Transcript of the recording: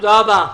תודה רבה.